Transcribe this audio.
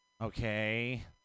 Okay